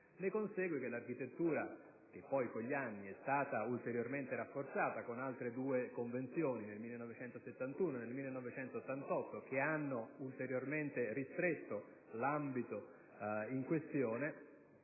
medicine. Tale architettura, che poi con gli anni è stata ulteriormente rafforzata con altre due Convenzioni, nel 1971 e nel 1988, che hanno ulteriormente ristretto l'ambito in questione,